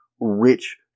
rich